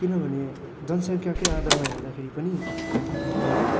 किनभने जनसंंख्याकै आधारमा हेर्दाखेरि पनि भारत